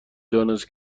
دانست